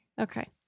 Okay